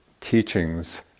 teachings